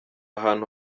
hantu